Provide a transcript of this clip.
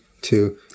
two